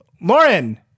Lauren